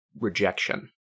rejection